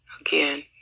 Again